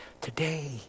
today